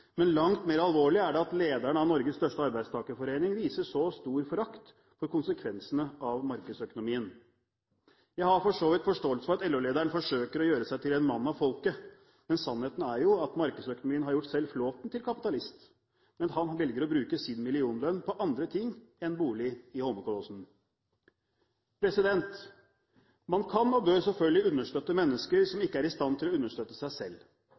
at lederen av Norges største arbeidstakerforening viser så stor forakt for konsekvensene av markedsøkonomien. Jeg har for så vidt forståelse for at LO-lederen forsøker å gjøre seg til en mann av folket, men sannheten er jo at markedsøkonomien har gjort selv Flåthen til kapitalist, men at han velger å bruke sin millionlønn på andre ting enn bolig i Holmenkollåsen. Man kan og bør selvfølgelig understøtte mennesker som ikke er i stand til å understøtte seg selv.